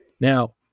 Now